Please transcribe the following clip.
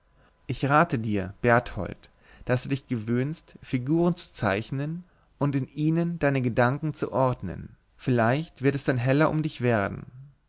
ich rate dir berthold daß du dich gewöhnst figuren zu zeichnen und in ihnen deine gedanken zu ordnen vielleicht wird es dann heller um dich werden